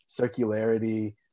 circularity